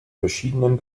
verschiedenen